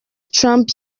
trump